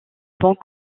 pont